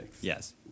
Yes